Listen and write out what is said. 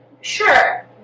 sure